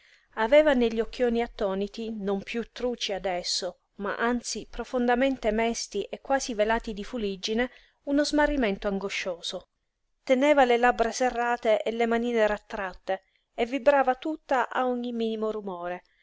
aveva negli occhioni attoniti non piú truci adesso ma anzi profondamente mesti e quasi velati di fuliggine uno smarrimento angoscioso teneva le labbra serrate e le manine rattratte e vibrava tutta a ogni minimo rumore